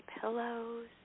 pillows